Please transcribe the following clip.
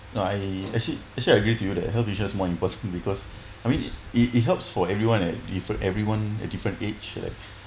no I actually actually I agree to you that health insurance is more important because I mean it it helps for everyone at everyone at different age like